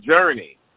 journey